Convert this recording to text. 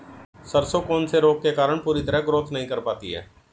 सरसों कौन से रोग के कारण पूरी तरह ग्रोथ नहीं कर पाती है?